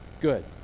Good